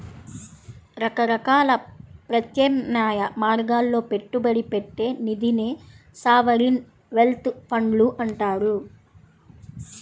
రకరకాల ప్రత్యామ్నాయ మార్గాల్లో పెట్టుబడి పెట్టే నిధినే సావరీన్ వెల్త్ ఫండ్లు అంటారు